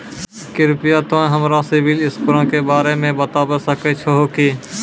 कृपया तोंय हमरा सिविल स्कोरो के बारे मे बताबै सकै छहो कि?